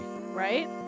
right